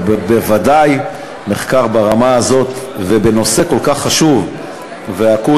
בוודאי מחקר ברמה הזאת ובנושא כל כך חשוב ואקוטי,